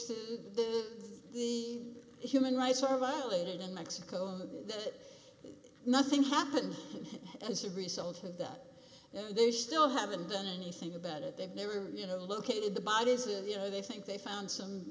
says that the human rights are violated in mexico that nothing happened as a result of that they still haven't done anything about it they've never you know located the bodies if you know they think they found some